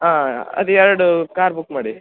ಹಾಂ ಅದು ಎರಡು ಕಾರ್ ಬುಕ್ ಮಾಡಿ